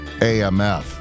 AMF